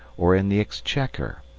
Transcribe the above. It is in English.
or in the exchequer,